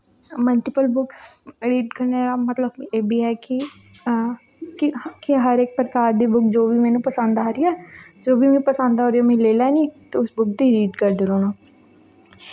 multiple books read करने दा मतलब एह् बी ऐ कि कि कि हर इक प्रकार दी जो बी मैनु पसंद आ दी ऐ जो बी मिगी पसंद आ में ओह् लेई लैनी ते उस बुक दी रीड करदे रौह्ना